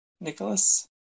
Nicholas